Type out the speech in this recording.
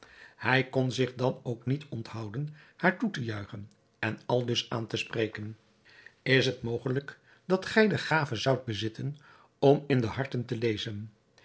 hij kon zich dan ook niet onthouden haar toe te juichen en aldus aan te spreken is het mogelijk dat gij de gave zoudt bezitten om in de harten te lezen